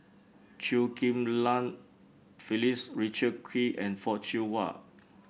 Chew Ghim Lian Phyllis Richard Kee and Fock Siew Wah